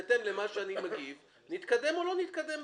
בהתאם נתקדם או לא נתקדם,